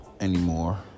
anymore